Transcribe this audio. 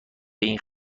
این